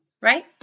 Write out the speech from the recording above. Right